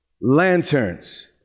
lanterns